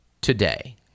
today